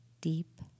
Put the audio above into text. deep